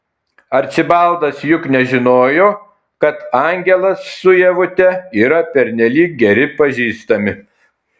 arčibaldas juk nežinojo kad angelas su ievute yra pernelyg geri pažįstami